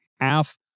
half